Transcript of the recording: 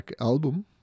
album